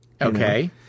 Okay